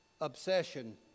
obsession